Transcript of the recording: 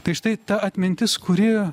tai štai ta atmintis kuri